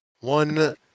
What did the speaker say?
One